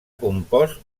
compost